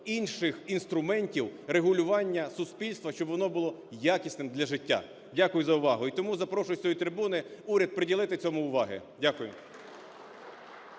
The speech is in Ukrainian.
інших інструментів регулювання суспільства, щоб воно було якісним для життя. Дякую за увагу. І тому запрошую з цієї трибуни уряд приділити цьому увагу. Дякую.